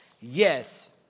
Yes